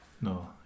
No